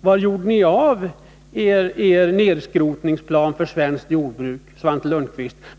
Var gjorde ni av er nedskrotningsplan för svenskt jordbruk, Svante Lundkvist?